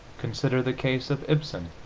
consider the case of ibsen.